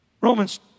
Romans